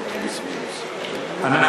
אנחנו